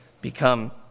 become